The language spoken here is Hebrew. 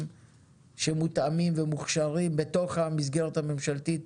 שמותאמים ומוכשרים בתוך המסגרת הממשלתית